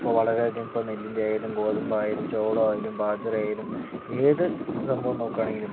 ഇപ്പോൾ വളരെ അധികം ഇപ്പോൾ നെല്ലിൻ്റെ ആയാലും ഗോതമ്പായാലും ചോളം ആയാലും ബാജ്റ ആയാലും ഏതു സംഭവം നോക്കുകയാണെങ്കിലും